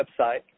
website